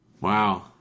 Wow